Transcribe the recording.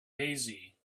hazy